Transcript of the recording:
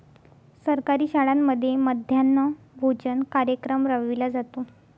सरकारी शाळांमध्ये मध्यान्ह भोजन कार्यक्रम राबविला जातो